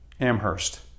Amherst